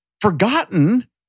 forgotten